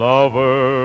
Lover